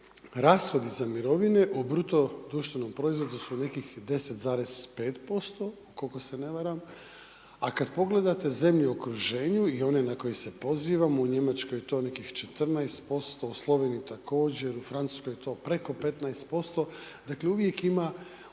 rashodi za mirovine u BDP-u su nekih 10,5% koliko se ne varam, a kada pogledate zemlje u okruženju i one na koje se pozivamo u Njemačkoj je to nekih 14%, u Slavoniji također, u Francuskoj je to preko 15%. Dakle uvijek ima